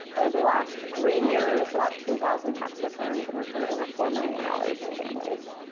over the last three years, about two thousand tax returns and returned over four million dollars to families.